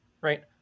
right